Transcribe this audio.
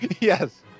yes